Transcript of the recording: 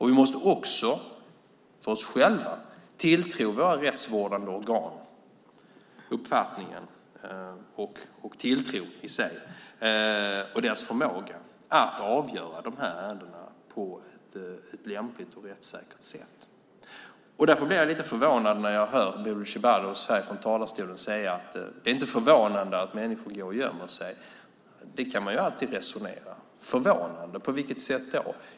Vi måste också själva ha tilltro till våra rättsvårdande organ och deras förmåga att avgöra de här ärendena på ett lämpligt och rättssäkert sätt. Därför blir jag lite förvånad när jag hör Bodil Ceballos här från talarstolen säga att det inte är förvånande att människor går och gömmer sig. Det kan man alltid resonera om. Förvånande, på vilket sätt då?